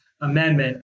Amendment